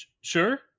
Sure